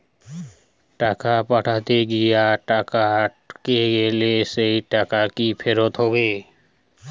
টাকা পাঠাতে গিয়ে টাকা আটকে গেলে সেই টাকা কি ফেরত হবে?